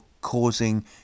causing